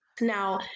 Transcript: Now